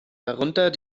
darunter